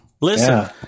Listen